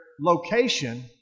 location